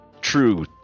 true